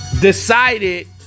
decided